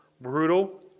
Brutal